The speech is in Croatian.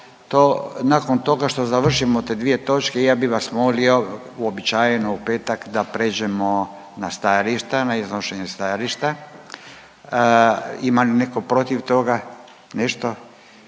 Nakon toga što završimo te dvije točke ja bih vas molio uobičajeno u petak da pređemo na stajališta, na iznošenje stajališta. Ima li netko protiv toga nešto?